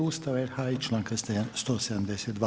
Ustava RH i članka 172.